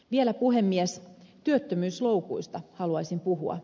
vielä puhemies työttömyysloukuista haluaisin puhua